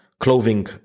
clothing